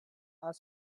are